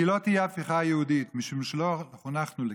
היא לא תהיה הפיכה יהודית, משום שלא חונכנו לכך.